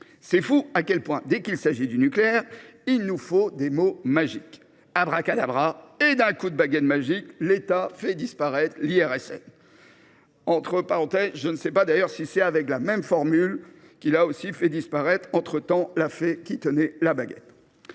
C’est fou à quel point, dès qu’il s’agit du nucléaire, il faut des mots magiques ! Abracadabra, et d’un coup de baguette magique l’État fait disparaître l’IRSN ! Par parenthèse, je ne sais pas si c’est avec la même formule, mais il a aussi fait disparaître entre temps la fée qui tenait la baguette